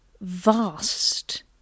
vast